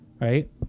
right